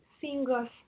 singles